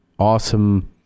awesome